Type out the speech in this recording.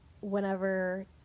whenever